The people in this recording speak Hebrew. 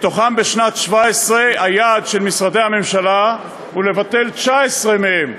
בשנת 17' היעד של משרדי הממשלה הוא לבטל 19 מהם,